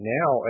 now